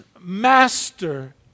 Master